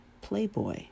playboy